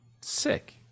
Sick